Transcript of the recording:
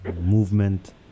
movement